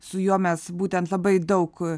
su juo mes būtent labai daug